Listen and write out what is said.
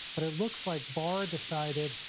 but it looks like bar decided.